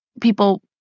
people